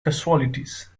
casualties